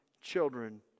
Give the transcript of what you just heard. children